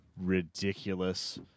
ridiculous